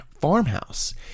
farmhouse